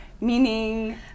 Meaning